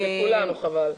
לכולנו חבל.